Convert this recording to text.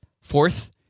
Fourth